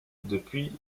depuis